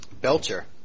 Belcher